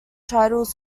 titles